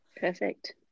Perfect